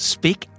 Speak